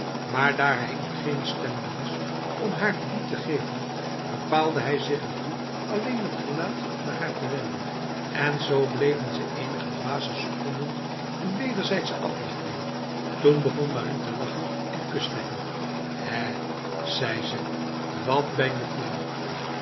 maar daar hij in geen stemming was om haar die te geven bepaalde hij zich ertoe alleen het gelaat naar haar te wenden en zo bleven ze enige dwaze seconden in wederzijdse afwachting toen begon marie te lachen en kuste hem hè zei ze wat ben je flauwf